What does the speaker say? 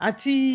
Ati